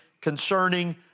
concerning